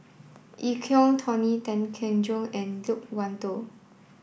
Eu Kong Tony Tan Keng Joo and Loke Wan Tho